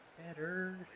Better